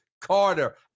Carter